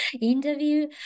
interview